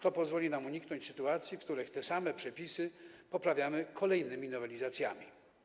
To pozwoli nam uniknąć sytuacji, w których te same przepisy poprawiamy kolejnymi nowelizacjami.